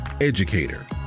educator